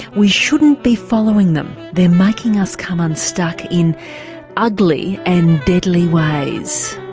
we shouldn't be following them. they're making us come unstuck in ugly and deadly ways.